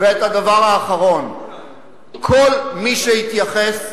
כל מי שהתייחס,